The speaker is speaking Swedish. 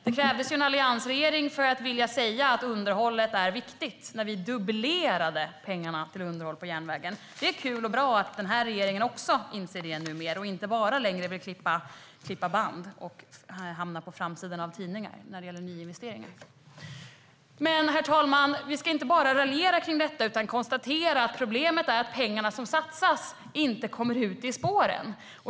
Det krävdes en alliansregering för att någon skulle säga att underhållet är viktigt, och vi dubblerade pengarna till underhåll av järnvägen. Det är kul och bra att också denna regering inser det numera och inte längre bara vill klippa band och hamna på framsidan av tidningar när det gäller nyinvesteringar. Herr talman! Vi ska inte bara raljera över detta utan konstatera att problemet är att pengarna som satsas inte kommer ut i spåren.